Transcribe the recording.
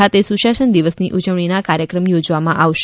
ખાતે સુશાસન દિવસની ઉજવણીના કાર્યક્રમ યોજવામાં આવ્યા છે